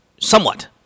somewhat